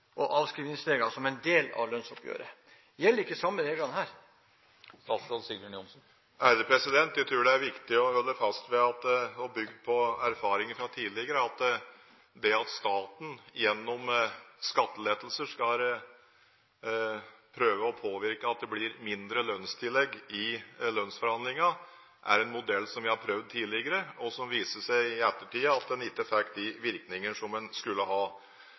og avskrivningsregler som en del av lønnsoppgjøret. Gjelder ikke de samme reglene her? Jeg tror det er viktig å holde fast ved og bygge på erfaringer fra tidligere. Det at staten gjennom skattelettelser skal prøve å påvirke at det blir mindre lønnstillegg i lønnsforhandlinger, er en modell som vi har prøvd tidligere, og som i ettertid viste seg ikke fikk de virkningene som en skulle ha.